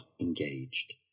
engaged